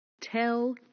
tell